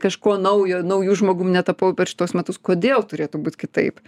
kažko naujo nauju žmogum netapau per šituos metus kodėl turėtų būt kitaip